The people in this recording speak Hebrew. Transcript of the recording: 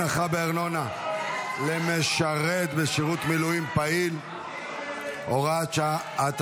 הנחה בארנונה למשרת בשירות מילואים פעיל) (הוראת שעה),